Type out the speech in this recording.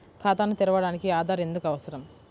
ఖాతాను తెరవడానికి ఆధార్ ఎందుకు అవసరం?